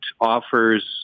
offers